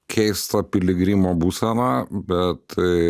keistą piligrimo būseną bet